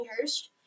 Hurst